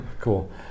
Cool